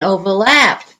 overlapped